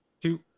two